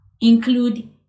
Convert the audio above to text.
include